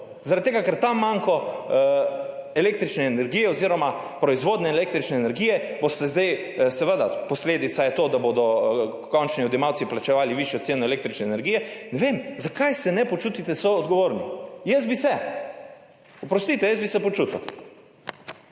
zaradi tega, ker ta manko električne energije oziroma proizvodnje električne energije, seveda je posledica to, da bodo končni odjemalci plačevali višjo ceno električne energije. Zakaj se ne počutite soodgovorni? Jaz bi se. Oprostite, jaz bi se počutil.